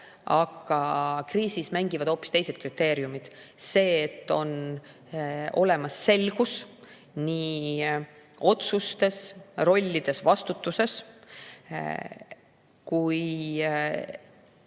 kriisis mängivad hoopis teised kriteeriumid – see, et on olemas selgus nii otsustes, rollides ja vastutuses, kui